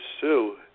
sue